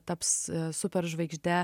taps superžvaigžde